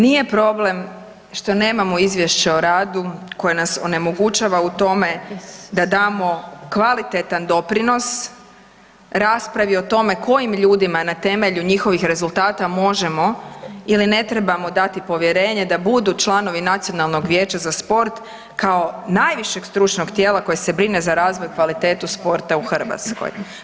Nije problem što nemamo izvješće o radu koje nas onemogućava u tome da damo kvalitetan doprinos raspravi o tome kojim ljudima na temelju njihovih rezultata možemo ili ne trebamo dati povjerenje da budu članovi Nacionalnog vijeća za sport kao najviše stručnog tijela koje se brine za razvoj i kvalitetu sporta u Hrvatskoj.